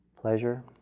pleasure